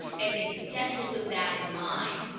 and they scheduled with that in mind.